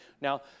Now